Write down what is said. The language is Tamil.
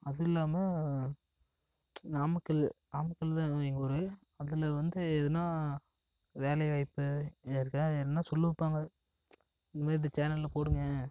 அதில்லாம நாமக்கல் நாமக்கல்தான் எங்கள் ஊர் அதில் வந்து எதுனால் வேலைவாய்ப்பு இருக்குனால் என்னை சொல்ல வைப்பாங்க இது மாரி இந்த சேனலில் போடுங்க